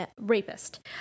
rapist